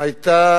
היתה